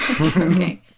Okay